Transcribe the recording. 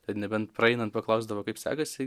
kad nebent praeinant paklausdavo kaip sekasi